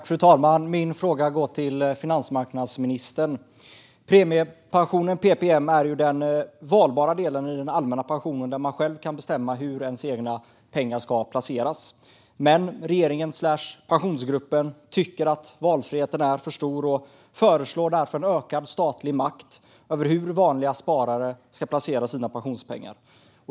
Fru talman! Min fråga går till finansmarknadsministern. Premiepensionen, PPM, är den valbara delen i den allmänna pensionen där man själv kan bestämma hur de egna pengarna ska placeras. Men regeringen/Pensionsgruppen tycker att valfriheten är för stor och föreslår därför ökad statlig makt över hur vanliga sparare ska placera sina pensionspengar.